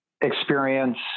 experience